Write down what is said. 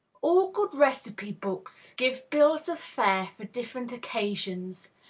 all good recipe-books give bills of fare for different occasions,